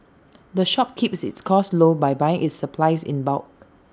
the shop keeps its costs low by buying its supplies in bulk